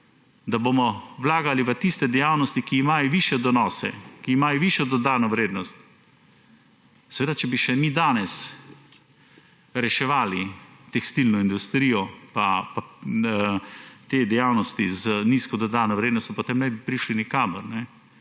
da bomo vlagali v tiste dejavnosti, ki imajo višje donose, ki imajo višjo dodano vrednost. Če bi mi še danes reševali tekstilno industrijo pa te dejavnosti z nizko dodano vrednostjo, potem ne bi prišli nikamor.